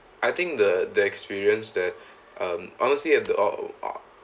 I think the the experience that um honestly at the uh